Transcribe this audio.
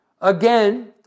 Again